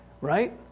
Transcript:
right